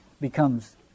becomes